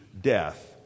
death